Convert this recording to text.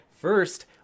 First